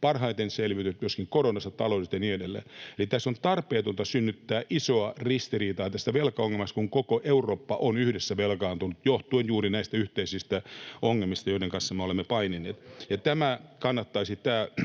parhaiten selviytynyt myöskin koronasta taloudellisesti, ja niin edelleen. Eli tässä on tarpeetonta synnyttää isoa ristiriitaa tästä velkaongelmasta, kun koko Eurooppa on yhdessä velkaantunut, johtuen juuri näistä yhteisistä ongelmista, joiden kanssa me olemme painineet. Tämä